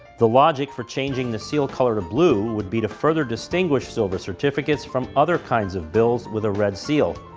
the logic for changing the seal color to blue would be to further distinguish silver certificates from other kinds of bills with a red seal,